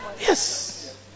yes